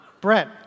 Brett